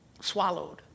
swallowed